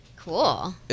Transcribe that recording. Cool